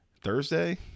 Thursday